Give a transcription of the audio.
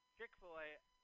Chick-fil-a